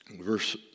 Verse